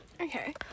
Okay